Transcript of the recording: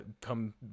come